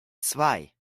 zwei